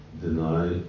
deny